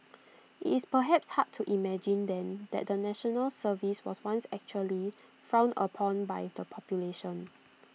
IT is perhaps hard to imagine then that the National Service was once actually frowned upon by the population